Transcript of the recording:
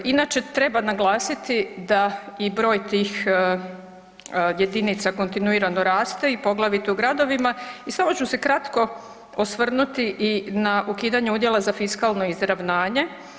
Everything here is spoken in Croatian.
Inače treba naglasiti da i broj tih jedinica kontinuirao raste i poglavito u gradovima i samo ću se kratko osvrnuti na ukidanje udjela za fiskalno izravnanje.